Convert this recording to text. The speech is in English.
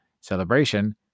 Celebration